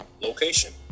Location